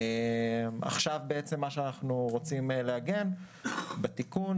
עכשיו אנחנו רוצים לעגן בתיקון,